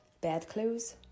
Bedclothes